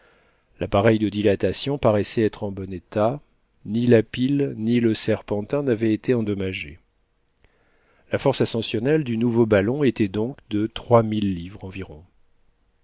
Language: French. l'appareil de dilatation paraissait être en bon état ni la pile ni le serpentin n'avaient été endommagés la force ascensionnelle du nouveau ballon était donc de trois mille livres environ